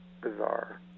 bizarre